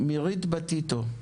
מירית בתיתו,